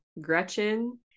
Gretchen